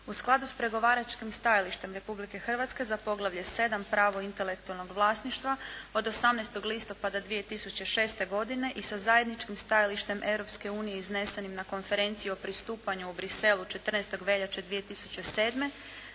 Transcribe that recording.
U skladu s pregovaračkim stajalištem Republike Hrvatske za poglavlje 7.-Pravo intelektualnog vlasništva, od 18. listopada 2006. godine i sa zajedničkim stajalištem Europske unije iznesenim na konferenciji o pristupanju u Bruxellesu 14. veljače 2007., zavod je